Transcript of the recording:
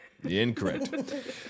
Incorrect